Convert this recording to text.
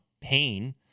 pain